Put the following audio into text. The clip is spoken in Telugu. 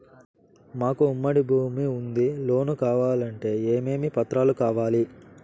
మాకు ఉమ్మడి భూమి ఉంది లోను కావాలంటే ఏమేమి పత్రాలు కావాలి?